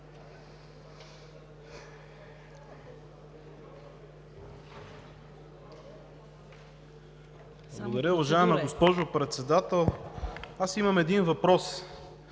Благодаря, уважаема госпожо Председател. Имам един въпрос.